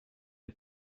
est